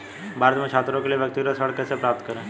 भारत में छात्रों के लिए व्यक्तिगत ऋण कैसे प्राप्त करें?